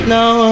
Now